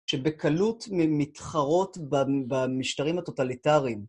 שבקלות ממתחרות במשטרים הטוטליטריים.